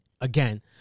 again